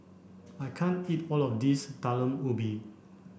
I can't eat all of this Talam Ubi